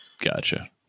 gotcha